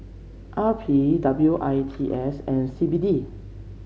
R P W I T S and C B D